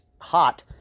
hot